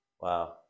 Wow